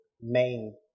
main